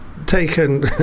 taken